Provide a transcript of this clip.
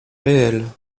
réel